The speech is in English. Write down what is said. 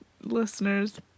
listeners